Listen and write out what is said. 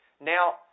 Now